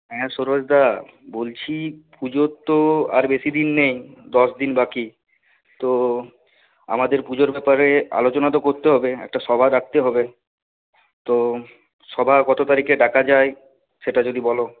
হ্যাঁ সুরজদা বলছি পুজোর তো আর বেশি দিন নেই দশ দিন বাকি তো আমাদের পুজোর ব্যাপারে আলোচনা তো করতে হবে একটা সভা ডাকতে হবে তো সভা কত তারিখে ডাকা যায় সেটা যদি বলো